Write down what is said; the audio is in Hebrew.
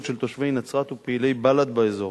של תושבי נצרת ופעילי בל"ד באזור.